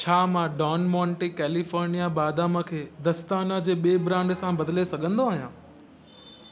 छा मां Don Monte California बादाम खे दस्ताना जे ॿिए ब्रांड सां बदिले सघंदो आहियां